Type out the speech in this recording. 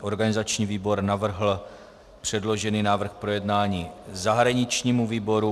Organizační výbor navrhl předložený návrh k projednání zahraničnímu výboru.